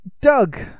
Doug